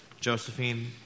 Josephine